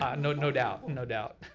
um no no doubt, no doubt.